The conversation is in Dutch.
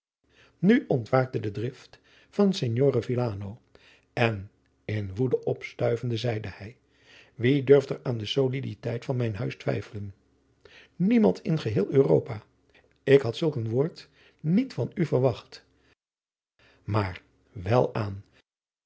nu ontwaakte de drift van signore villano en in woede opstuivende zeide hij wie durft er aan de soliditeit van mijn huis twijfelen niemand in geheel europa ik had zulk een woord niet van u verwacht maar welaan